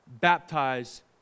baptize